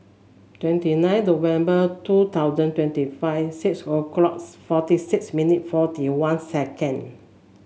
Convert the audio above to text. twenty nine November two thousand twenty five six o'clock forty six minutes forty one seconds